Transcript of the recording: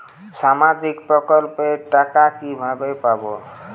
সামাজিক প্রকল্পের টাকা কিভাবে পাব?